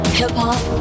hip-hop